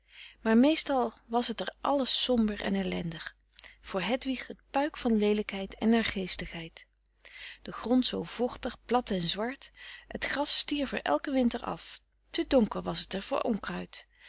maar meestal was het er alles somber en ellendig voor hedwig het puik van leelijkheid en naargeestigheid de grond zoo vochtig plat en zwart t gras stierf er elken winter af te donker was het er voor onkruid